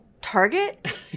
Target